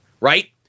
right